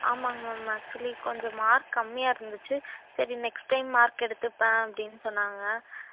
ஆமாங்க ma'am actually கொஞ்சம் mark கம்மியாக இருந்துச்சு சரி நெக்ஸ்ட் டைம் மார்க் எடுத்துப்பேன் அப்படின்னு சொன்னாங்க